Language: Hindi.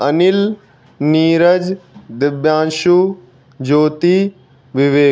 अनिल नीरज दिव्यांशु ज्योति विवेक